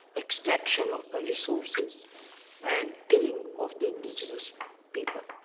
extraction of resources and killing of the indigenious people.